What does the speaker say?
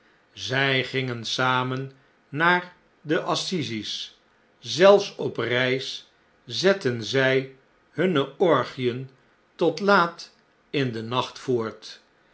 zij gingen samen naar de assises zelfs op reis zetten zjj hunne orgieen tot laat in den nacht voort